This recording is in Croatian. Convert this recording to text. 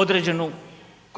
određenu